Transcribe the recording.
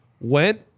Went